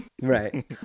Right